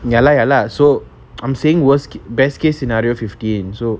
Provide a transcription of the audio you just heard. ya lah ya lah so I'm seeing worst best case scenario fifteen so